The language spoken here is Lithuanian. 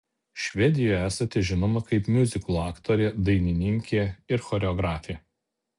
švedijoje esate žinoma kaip miuziklų aktorė dainininkė ir choreografė